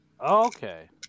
Okay